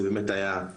תודה.